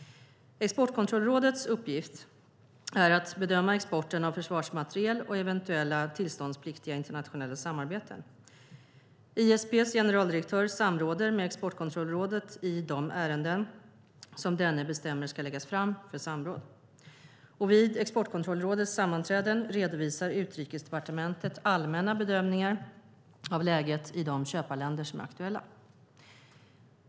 Exportkontrollrådets uppgift är att bedöma exporten av försvarsmateriel och eventuella tillståndspliktiga internationella samarbeten. ISP:s generaldirektör samråder med Exportkontrollrådet i de ärenden som denne bestämmer ska läggas fram för samråd. Vid Exportkontrollrådets sammanträden redovisar Utrikesdepartementet allmänna bedömningar av läget i de köparländer som är aktuella.